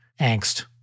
angst